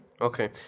Okay